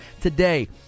today